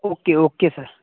okay okay sir